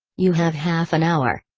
you have half an hour.